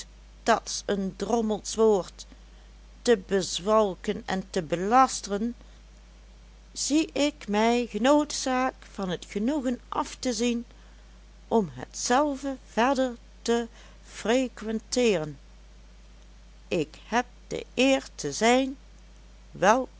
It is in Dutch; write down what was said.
dat's een drommels woord te bezwalken en te belasteren zie ik mij genoodzaakt van het genoegen af te zien om hetzelve verder te frequenteeren ik heb de eer te zijn